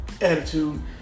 attitude